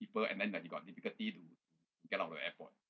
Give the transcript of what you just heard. people and then like you got difficulty to get out of the airport